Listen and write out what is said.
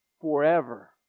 Forever